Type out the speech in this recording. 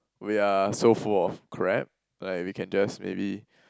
we are so full of crap like we can just maybe